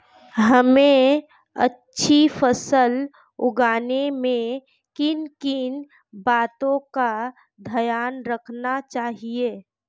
हमें अच्छी फसल उगाने में किन किन बातों का ध्यान रखना चाहिए?